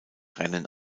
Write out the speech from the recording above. rennen